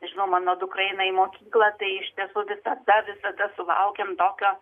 žinau mano dukra eina į mokyklą tai iš tiesų visada visada sulaukiam tokio